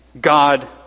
God